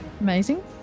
amazing